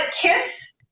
kiss